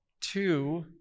two